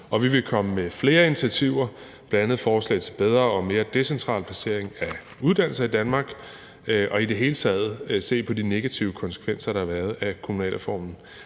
vi vil komme med flere initiativer, bl.a. forslag til en bedre og mere decentral placering af uddannelser i Danmark. Vi vil i det hele taget se på de negative konsekvenser, der har været af kommunalreformen.